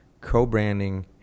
co-branding